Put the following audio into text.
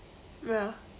ya